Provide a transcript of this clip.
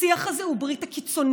השיח הזה הוא ברית הקיצונים,